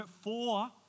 four